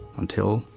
until.